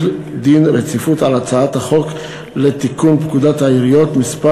דין רציפות על הצעת החוק לתיקון פקודת העיריות (מס'